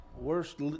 worst